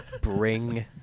Bring